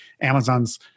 Amazon's